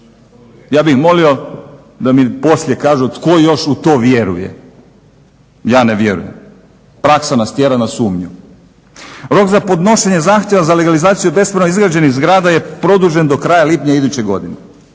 Ja bih molio da mi poslije kažu tko još u to vjeruje, ja ne vjerujem. Praksa nas tjera na sumnju. Rok za podnošenje zahtjeva za legalizaciju bespravno izgrađenih zgrada je produžen do kraja lipnja iduće godine.